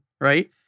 right